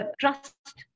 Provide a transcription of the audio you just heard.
trust